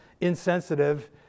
insensitive